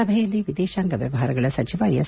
ಸಭೆಯಲ್ಲಿ ವಿದೇಶಾಂಗ ವ್ಯವಹಾರಗಳ ಸಚಿವ ಎಸ್